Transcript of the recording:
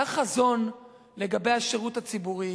היה חזון לגבי השירות הציבורי,